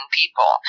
people